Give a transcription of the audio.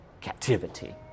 captivity